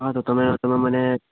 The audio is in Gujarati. હા તો તમે તમે મને